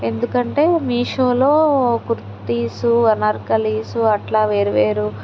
ఎందుకంటే మీషోలో కుర్తిసు అనార్కలిసు అట్లా వేరు వేరు